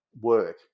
work